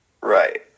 Right